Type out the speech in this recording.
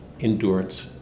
endurance